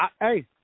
hey